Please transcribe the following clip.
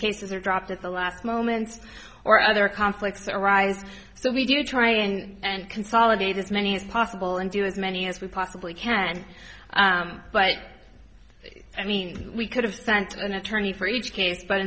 cases are dropped at the last moments or other conflicts arise so we do try and consolidate as many as possible and do as many as we possibly can but i mean we could have sent an attorney for each case but